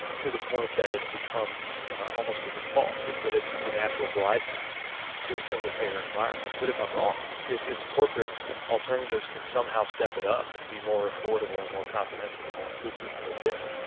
to the point that it becomes almost a default, that that it's the natural glide path to a single-payer environment. but if i'm wrong, if if the corporate alternatives can somehow step it up and be more affordable and more comprehensive and more inclusive than they've been,